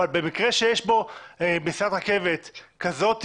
אבל במקרה שיש בו מסילת רכבת כזאת,